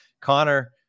Connor